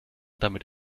damit